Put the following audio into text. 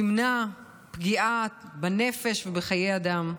תמנע פגיעה בנפש ובחיי אדם.